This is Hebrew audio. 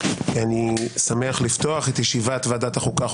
אני שמח לפתוח את ישיבת ועדת החוקה,